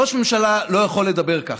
ראש ממשלה לא יכול לדבר ככה.